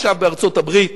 עכשיו בארצות-הברית,